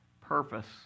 purpose